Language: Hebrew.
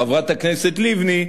חברת הכנסת לבני,